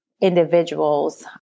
individual's